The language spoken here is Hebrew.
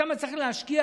שם צריך להשקיע,